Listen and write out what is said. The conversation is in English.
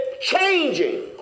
changing